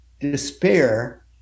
despair